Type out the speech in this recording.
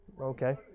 Okay